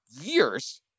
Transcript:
years